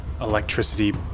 electricity